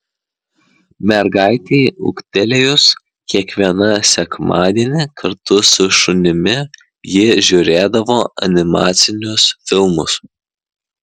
mergaitei ūgtelėjus kiekvieną sekmadienį kartu su šunimi ji žiūrėdavo animacinius filmus